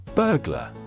Burglar